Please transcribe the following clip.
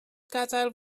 gadael